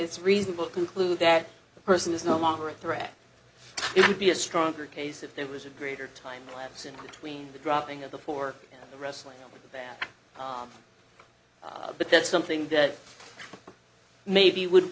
it's reasonable to conclude that the person is no longer a threat it would be a stronger case if there was a greater time lapse in between the dropping of the four wrestling with the bat but that's something that maybe would